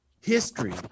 History